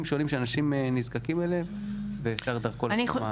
שונים שאנשים נזקקים אליהם ואפשר דרכם גם,